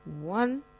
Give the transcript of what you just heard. one